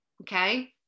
Okay